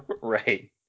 Right